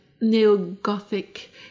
neo-Gothic